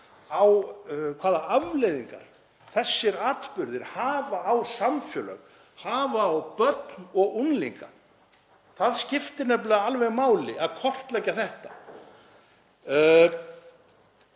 hvaða afleiðingar þessir atburðir hafa á samfélög, hafa á börn og unglinga. Það skiptir nefnilega alveg máli að kortleggja þetta.